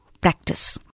practice